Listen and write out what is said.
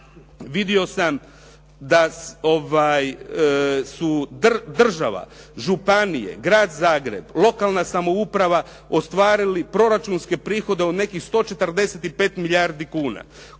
vidio sam da su država, županije, Grad Zagreb, lokalna samouprava ostvarili proračunske prihode od nekih 145 milijardi kuna.